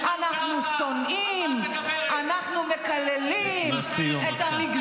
אימא שהילד